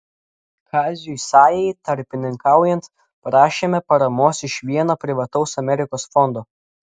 kaziui sajai tarpininkaujant prašėme paramos iš vieno privataus amerikos fondo